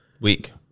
week